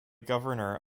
governor